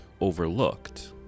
overlooked